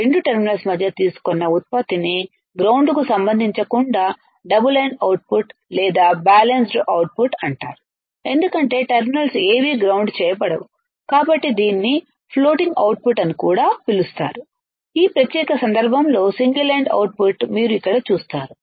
రెండు టెర్మినల్స్ మధ్య తీసుకున్న ఉత్పత్తిని గ్రౌండ్ కి సంబంధించ కుండా డబుల్ ఎండ్ అవుట్పుట్ లేదా బ్యాలెన్స్డ్ అవుట్పుట్ అంటారు ఎందుకంటే టెర్మినల్స్ ఏవీ గ్రౌండ్ చేయబడవు కాబట్టి దీనిని ఫ్లోటింగ్ అవుట్పుట్ అని కూడా పిలుస్తారు ఈ ప్రత్యేక సందర్భంలో సింగిల్ ఎండ్ అవుట్పుట్ మీరు ఇక్కడ చూస్తారు